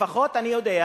לפחות אני יודע